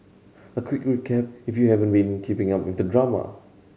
a quick recap if you haven't been keeping up with the drama